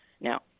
Now